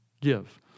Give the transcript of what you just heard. give